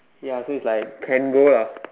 ya so is like can go lah